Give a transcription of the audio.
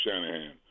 Shanahan